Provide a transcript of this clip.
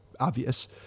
obvious